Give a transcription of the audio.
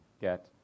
get